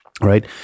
right